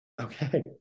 okay